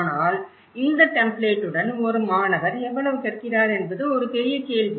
ஆனால் இந்த டெம்ப்ளேட்டுடன் ஒரு மாணவர் எவ்வளவு கற்கிறார் என்பதும் ஒரு பெரிய கேள்வி